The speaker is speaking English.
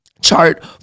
chart